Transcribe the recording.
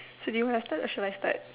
so do you wanna start or shall I start